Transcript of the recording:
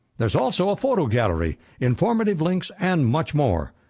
there's also a photo gallery, informative links and much more.